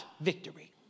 victory